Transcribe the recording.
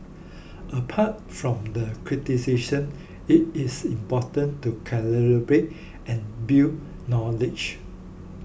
apart from the criticism it is important to collaborate and build knowledge